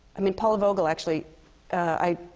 i mean, paula vogel actually i